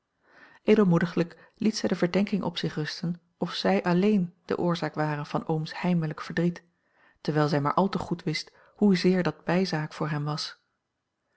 edelmoediglijk liet zij de verdenking op zich rusten of zij alleen de oorzaak ware van ooms heimelijk verdriet terwijl zij maar al te goed wist hoezeer dat bijzaak voor hem was